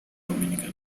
dominicana